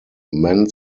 meant